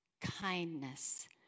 kindness